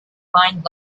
find